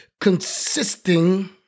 consisting